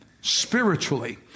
spiritually